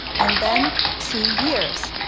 and then two years.